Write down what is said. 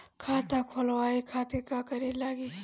खाता खोलवाए खातिर का का लागी?